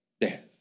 death